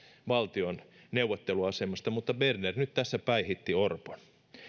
valtion neuvotteluasemasta mutta berner nyt tässä päihitti orpon